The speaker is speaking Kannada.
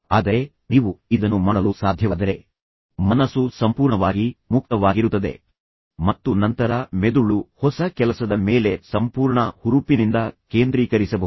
ಆದರೆ ನೀವು ಇದನ್ನು ಮಾಡಲು ಸಾಧ್ಯವಾದರೆ ಮನಸ್ಸು ಸಂಪೂರ್ಣವಾಗಿ ಮುಕ್ತವಾಗಿರುತ್ತದೆ ಮತ್ತು ನಂತರ ಮೆದುಳು ಹೊಸ ಕೆಲಸದ ಮೇಲೆ ಸಂಪೂರ್ಣ ಹುರುಪಿನಿಂದ ಕೇಂದ್ರೀಕರಿಸಬಹುದು